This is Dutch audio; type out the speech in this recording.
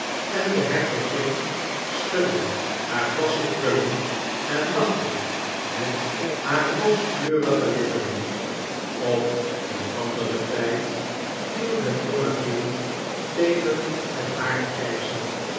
en de hertogin schudde haar vlassen krullen en lachte met haar rooskleurige lippen op een anderen tjd vie het jonge kind tegen het